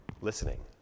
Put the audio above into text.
listening